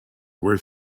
were